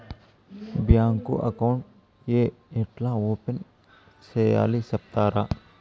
Bank account ఏ ఎట్లా open సేయాలి సెప్తారా?